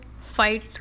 fight